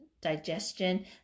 digestion